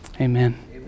amen